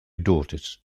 daughters